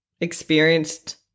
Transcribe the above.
experienced –